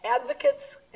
advocates